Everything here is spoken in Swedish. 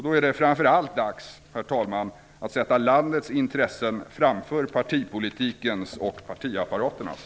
Det är framför allt dags, herr talman, att sätta landets intressen framför partipolitikens och partiapparaternas.